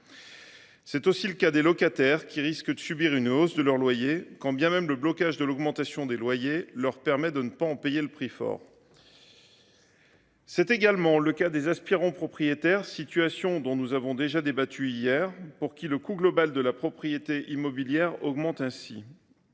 C’est le cas des locataires, qui risquent de subir une hausse de leur loyer, quand bien même le blocage de l’augmentation des loyers leur permet de ne pas en payer le prix fort. C’est également le cas des aspirants propriétaires, dont nous avons déjà débattu hier de la situation, pour qui le coût global de la propriété immobilière augmente.